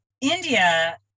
India